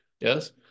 yes